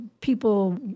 people